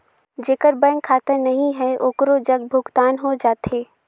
जेकर बैंक खाता नहीं है ओकरो जग भुगतान हो जाथे?